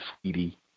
Sweetie